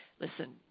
Listen